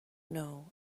know